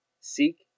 Seek